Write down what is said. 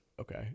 okay